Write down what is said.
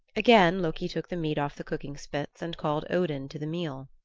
again loki took the meat off the cooking-spits and called odin to the meal.